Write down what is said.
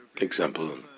example